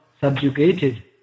subjugated